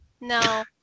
No